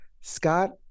Scott